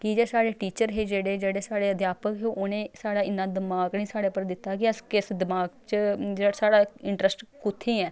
की जे साढ़े टीचर हे जेह्ड़े जेह्ड़े साढ़े अध्यापक हे उ'नें साढ़ा इन्ना दमाग निं साढ़े पर दित्ता कि अस किस दमाग च जेह्ड़ा साढ़ा इंटरस्ट कु'त्थै ऐ